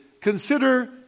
consider